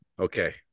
Okay